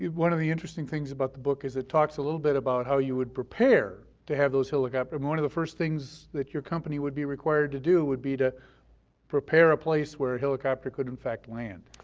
one of the interesting things about the book is it talks a little bit about how you would prepare to have those helicopter and one of the first things that your company would be required to do would be to prepare a place where a helicopter could in fact land.